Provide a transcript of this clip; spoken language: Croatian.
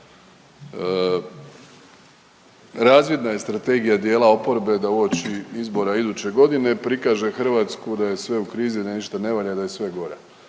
Razvidna je strategija dijela oporbe da uoči izbora iduće godine prikaže Hrvatsku da je sve u krizi, da ništa ne valja i da je sve gore.